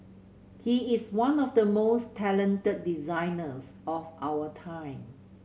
he is one of the most talented designers of our time